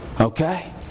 Okay